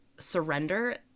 surrender